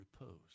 repose